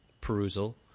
perusal